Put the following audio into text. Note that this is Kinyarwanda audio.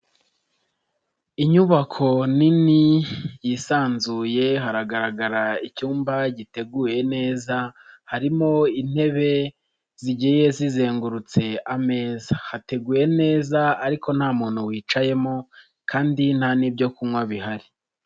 Inyubako nini yisanzuye haragaragara icyumba giteguye neza harimo intebe zigiye zizengurutse ameza, hateguye neza ariko nta muntu wicayemo kandi nta nta n'ibyo kunywa bihari.